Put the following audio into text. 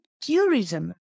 tourism